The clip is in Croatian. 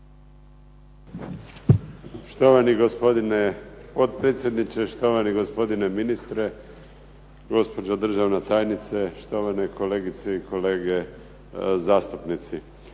Štovani gospodine potpredsjedniče, štovani gospodine ministre, gospođo državna tajnice, štovane kolegice i kolege zastupnici.